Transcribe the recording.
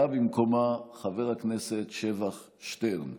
בא במקומה חבר הכנסת שבח שטרן.